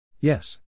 Yes